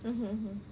mm mm